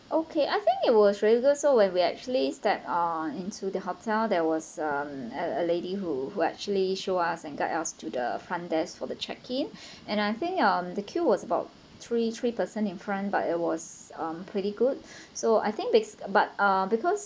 okay I think it was really good so when we actually step uh into the hotel there was a a a lady who who actually show us and guide us to the front desk for the check in and I think uh the queue was about three three person in front but it was um pretty good so I think bas~ but uh because